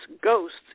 ghosts